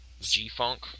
g-funk